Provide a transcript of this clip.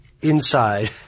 inside